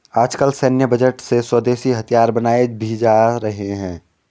आजकल सैन्य बजट से स्वदेशी हथियार बनाये भी जा रहे हैं